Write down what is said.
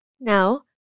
Now